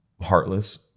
heartless